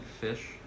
fish